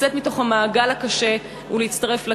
לצאת מתוך המעגל הקשה ולהצטרף לקהילה.